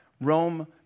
Rome